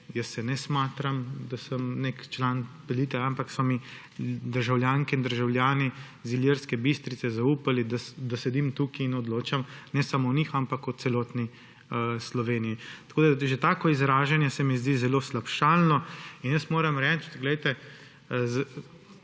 Jaz se ne smatram, da sem nek član elite, ampak so mi državljanke in državljani iz Ilirske Bistrice zaupali, da sedim tukaj in odločam ne samo o njih, ampak o celotni Sloveniji. Že tako izražanje se mi zdi zelo slabšalno. In jaz moram reči eno